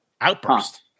Outburst